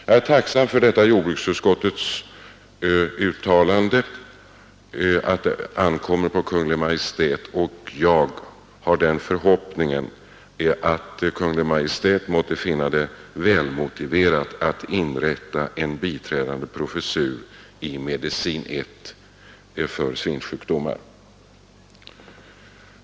Jag är tacksam för att jordbruksutskottet gjort detta uttalande, och jag har den förhoppningen att Kungl. Maj:t skall finna det vara välmotiverat att inrätta en biträdande professur i Medicin I, för svinsjukdomar.